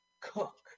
Cook